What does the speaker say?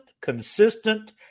consistent